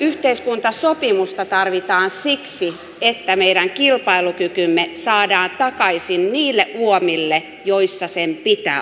yhteiskuntasopimusta tarvitaan siksi että meidän kilpailukykymme saadaan takaisin niihin uomiin joissa sen pitää olla